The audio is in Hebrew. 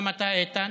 גם אתה, איתן.